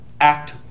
act